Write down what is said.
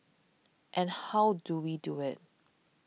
and how do we do it